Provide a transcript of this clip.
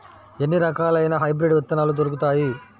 ఎన్ని రకాలయిన హైబ్రిడ్ విత్తనాలు దొరుకుతాయి?